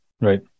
Right